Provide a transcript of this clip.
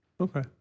Okay